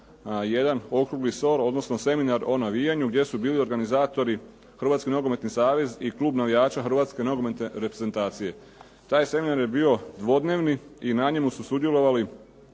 jedan okrugli stol, odnosno seminar o navijanju gdje su bili organizatori Hrvatski nogometni savez i Klub navijača Hrvatske nogometne reprezentacije. Taj seminar je bio dvodnevni i na njemu su sudjelovali